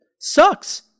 sucks